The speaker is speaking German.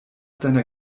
deiner